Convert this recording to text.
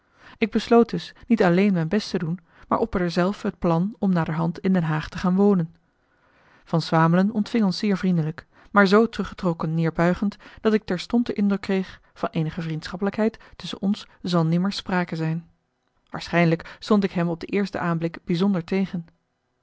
ik besloot dus niet alleen mijn best te doen maar opperde zelf het plan om naderhand in den haag te gaan wonen van swamelen ontving ons zeer vriendelijk maar zoo teruggetrokken neerbuigend dat ik terstond de indruk kreeg van eenige vriendschappelijkheid tusschen ons zal nimmer sprake zijn waarschijnlijk stond ik hem op de eerste aanblik bijzonder tegen